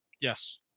Yes